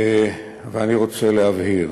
ואני רוצה להבהיר.